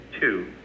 Two